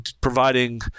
providing